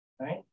Right